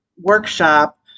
workshop